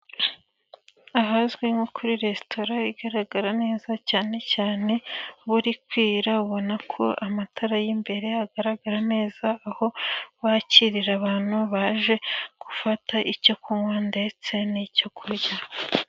Ahazwi nko kuri resitora igaragara neza cyane cyane, buri kwira ubona ko amatara y'imbere agaragara neza, aho wakirira abantu baje gufata icyo kunywa ndetse n'icyo kurya.